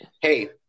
hey